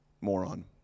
moron